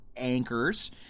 anchors